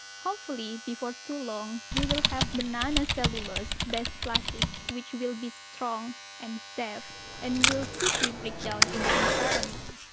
hopefully before too long we will have banana cellulose based plastic which will be strong and safe and will quickly break down in the environment,